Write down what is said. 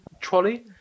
trolley